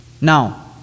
Now